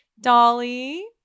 Dolly